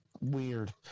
weird